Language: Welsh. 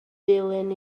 ddulyn